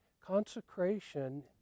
consecration